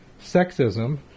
sexism